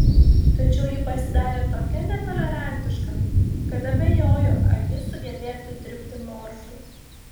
tačiau ji pasidarė tokia netolerantiška kad abejoju ar ji sugebėtų dirbti morfui